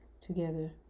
together